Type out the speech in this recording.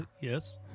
Yes